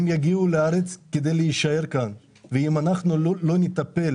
הם יגיעו לארץ כדי להישאר כאן, ואם אנחנו לא נטפל